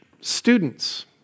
students